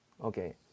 okay